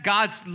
God's